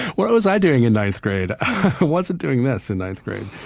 what was i doing in ninth grade? i wasn't doing this in ninth grade.